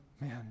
man